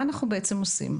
מה אנחנו בעצם עושים?